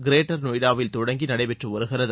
greater நொய்டாவில் தொடங்கி நடைபெற்று வருகிறது